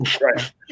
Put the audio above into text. Right